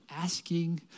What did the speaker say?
asking